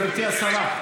גברתי השרה,